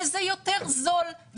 וזה יותר זול,